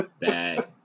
Bad